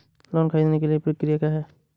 Loan ख़रीदने के लिए प्रक्रिया क्या है?